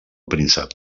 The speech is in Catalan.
príncep